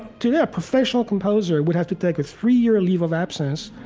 to their professional composer would have to take a three-year leave of absence,